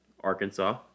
Arkansas